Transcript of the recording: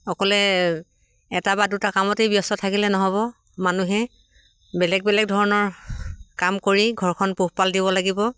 অকলে এটা বা দুটা কামতেই ব্যস্ত থাকিলে নহ'ব মানুহে বেলেগ বেলেগ ধৰণৰ কাম কৰি ঘৰখন পোহপাল দিব লাগিব